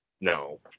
No